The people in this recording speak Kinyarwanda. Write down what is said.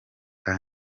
nta